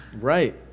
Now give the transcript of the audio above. Right